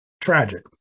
tragic